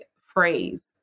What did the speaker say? phrase